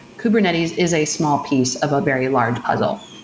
kubernetes is a small piece of a very large puzzle.